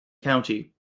county